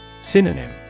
Synonym